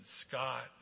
Scott